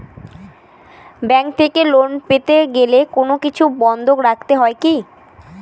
Bank থেকে loan পেতে গেলে কোনো কিছু বন্ধক রাখতে হয় কি?